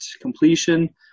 completion